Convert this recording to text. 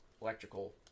electrical